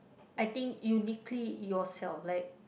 I think uniquely yourself like